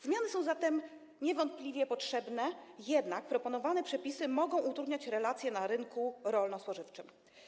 Zmiany są zatem niewątpliwie potrzebne, jednak proponowane przepisy mogą utrudniać relacje na rynku rolno-spożywczym.